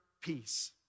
peace